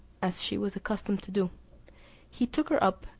as she was accustomed to do he took her up,